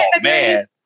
man